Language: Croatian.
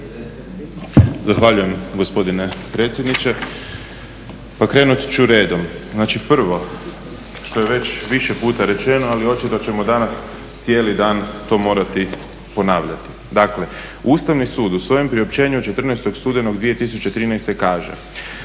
Ustavni sud u svojem priopćenju 14. studenog 2013. kaže,